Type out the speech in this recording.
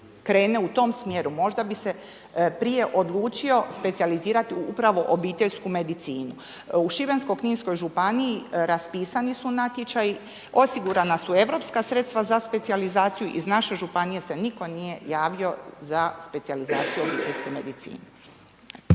u tom smjeru. Možda bi se prije odlučio specijalizirati upravo obiteljsku medicinu. U Šibensko-kninskoj županiji raspisani su natječaji, osigurana su europska sredstva za specijalizaciju. Iz naše županije se nitko javio za specijalizaciju obiteljske medicine.